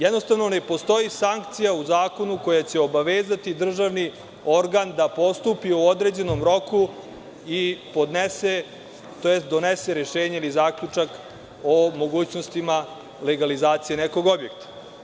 Jednostavno, ne postoji sankcija u zakonu koja će obavezati državni organ da postupi u određenom roku i podnese tj. donese rešenje ili zaključak o mogućnostima legalizacije nekog objekta.